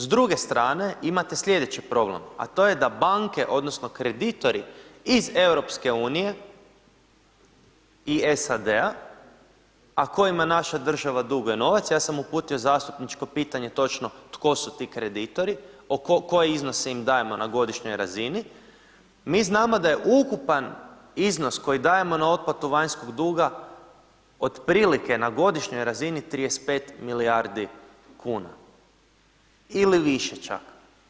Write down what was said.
S druge strane imate slijedeći problem, a to je da banke odnosno kreditori iz EU i SAD-a, a kojima naša država druguje novac, ja sam uputio zastupničko pitanje točno tko su ti kreditori, koje iznose im dajemo na godišnjoj razini, mi znamo da je ukupan iznos koji dajemo na otplatu vanjskog duga otprilike na godišnjoj razini 35 milijardi kuna ili više čak.